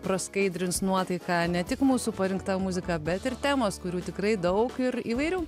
praskaidrins nuotaiką ne tik mūsų parinkta muzika bet ir temos kurių tikrai daug ir įvairių